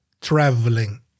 traveling